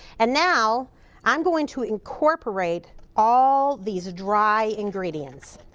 and now i'm going to incorporate all these dry ingredients.